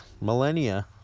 millennia